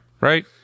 Right